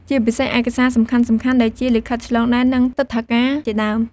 ជាពិសេសឯកសារសំខាន់ៗដូចជា លិខិតឆ្លងដែន និងទិដ្ឋាការជាដើម។